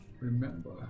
Remember